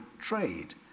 trade